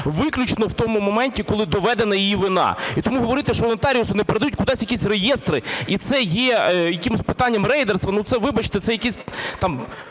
виключно в тому моменті, коли доведена її вина. І тому говорити, що нотаріуси не передають кудись якісь реєстри і це є якимось питанням рейдерства, ну це, вибачте, це якийсь там